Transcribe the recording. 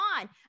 on